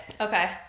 Okay